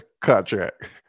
contract